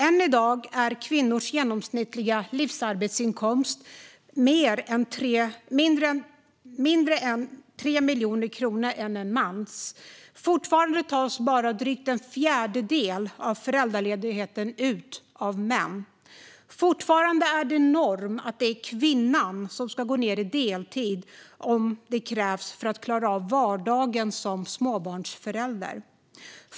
Än i dag är kvinnors genomsnittliga livsarbetsinkomst 3 miljoner kronor mindre än männens. Fortfarande tas bara drygt en fjärdedel av föräldraledigheten ut av män. Fortfarande är normen att det är kvinnan som går ned till att arbeta deltid om det krävs för att klara av vardagen som småbarnsförälder.